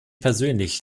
persönlich